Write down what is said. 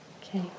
Okay